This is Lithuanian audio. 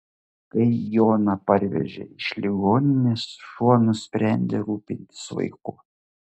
kai joną parvežė iš ligoninės šuo nusprendė rūpintis vaiku